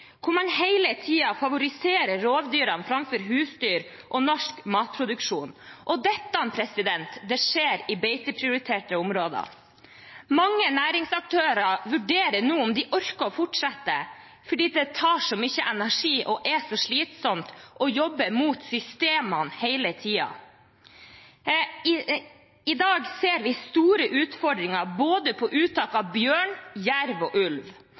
hvor man hele tiden favoriserer rovdyrene framfor husdyr og norsk matproduksjon. Dette skjer i beiteprioriterte områder. Mange næringsaktører vurderer nå om de orker å fortsette, fordi det tar så mye energi og er så slitsomt å jobbe mot systemene hele tiden. I dag ser vi store utfordringer med uttak av både bjørn, jerv og ulv.